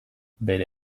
bere